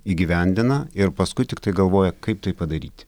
įgyvendina ir paskui tiktai galvoja kaip tai padaryti